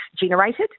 generated